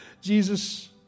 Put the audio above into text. Jesus